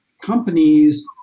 companies